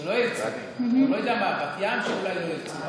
או אולי בבת ים לא ירצו,